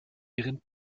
ihren